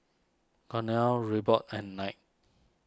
Cornell Reebok and Knight